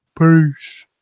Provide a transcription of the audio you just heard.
Peace